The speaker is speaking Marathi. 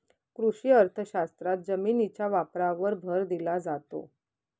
कृषी अर्थशास्त्रात जमिनीच्या वापरावर भर दिला जातो